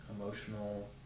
emotional